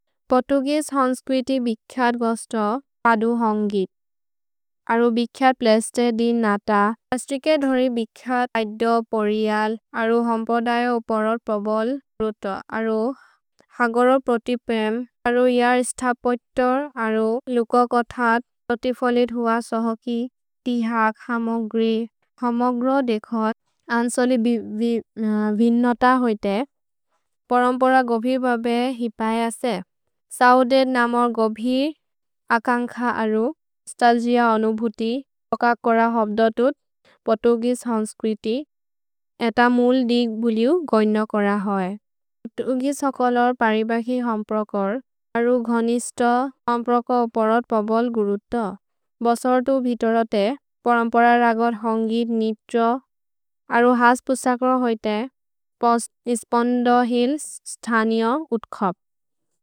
पोर्तुगेसे हन्स्क्विति बिक्क्सत् गोस्तो पदु होन्गित्। अरु बिक्क्सत् प्लेस्ते दिन् नत। पस्त्रिके धोरि बिक्क्सत् ऐद पोरिअल्। अरु हम्पदय उपरोर् प्रोबोल् रोतो। अरु हगरोर् प्रोतिपेम्। अरु इअर् स्थ पोइतोर्। अरु लुकोर् कोथत् प्रोतिफोलिद् हुअ सोहोकि। तिहक् हमोग्रे। हमोग्रो देखोद् अन्सोलि विन्नोत होइते। परम्पर गोबिर् बबे हि पये असे। सौदेर् नमोर् गोबिर्, अकन्ख अरु, स्तल्जिअ अनुभुति, ओकक् कोर होब्दोतुत्, पोर्तुगेसे हन्स्क्विति। एत मुल् दिग् बुलु गोय्न कोर होइ। पोर्तुगेसे ओकोलोर् परिबखि हम्प्रकोर्। अरु घनिस्त हम्प्रक उपरोर् प्रोबोल् गुरुर्तो। भसोर्तु वितोरते परम्पर रगोर् होन्गित् निप्छो। अरु हस् पुसक्रो होइते। पोस् इस्पोन्दो हिल् स्थनिओ उत्खोब्।